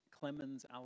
Clemens